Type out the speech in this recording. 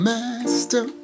Master